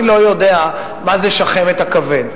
אני לא יודע מה זה שחמת הכבד.